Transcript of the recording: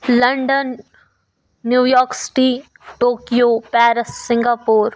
London New York city Tokyo Paris Singapore